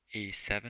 a7